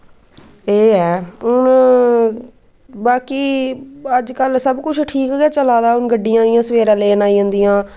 एह् ऐ हून बाकी अजकल सबकिश ठीक गै चलै दा हून गड्डियां जियां सवेरे लैने ई औंदियां